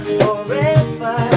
forever